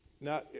now